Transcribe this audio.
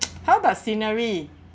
how about scenery